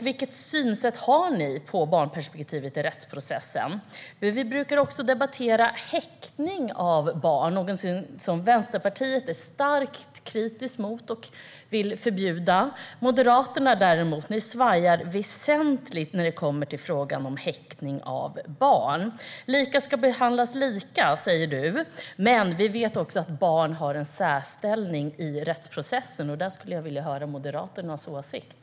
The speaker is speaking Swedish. Vilket synsätt har ni på barnperspektivet i rättsprocessen? Vi brukar också debattera häktning av barn, någonting som Vänsterpartiet är starkt kritiskt mot och vill förbjuda. Moderaterna svajar däremot väsentligt i frågan om häktning av barn. Lika ska behandlas lika, säger du. Men vi vet också att barn har en särställning i rättsprocessen. Där skulle jag vilja höra Moderaternas åsikt.